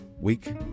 Week